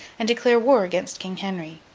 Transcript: and declare war against king henry.